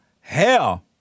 hell